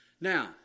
Now